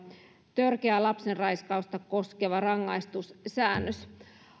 törkeää lapsenraiskausta koskeva rangaistussäännös